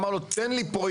אמר לו: תן לי פרויקטים,